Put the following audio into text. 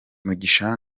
mugisha